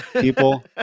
people